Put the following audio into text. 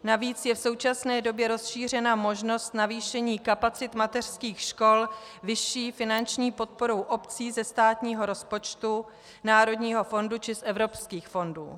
Navíc je v současné době rozšířena možnost navýšení kapacit mateřských škol vyšší finanční podporou obcí ze státního rozpočtu, národního fondu či z evropských fondů.